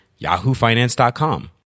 yahoofinance.com